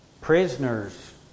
Prisoners